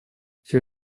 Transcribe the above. все